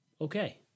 okay